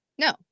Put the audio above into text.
No